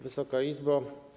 Wysoka Izbo!